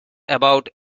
about